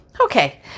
Okay